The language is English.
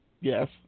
Yes